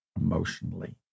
emotionally